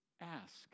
ask